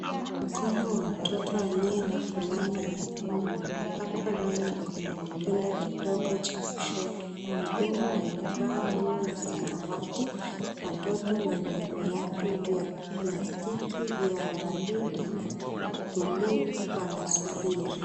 Mkono wa mtoto aliye na fulana nyekundu unapakwa rangi kwenye kidole kidogo cha kushoto. Mhudumu amevaa nguo ya samawati, watoto wenye viatu vya plastiki vya waridi na buluu wanasubiri.